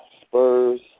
Spurs